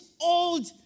old